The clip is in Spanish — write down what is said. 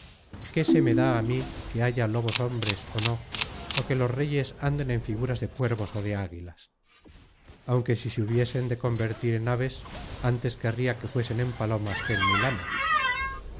qué se me da á mí que haya lobos hombres ó no ó que los reyes anden en figuras de cuervos ó de águilas aunque si se hubiesen de convertir en aves antes querria que fuesen en palomas que en milanos